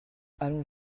allons